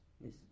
Yes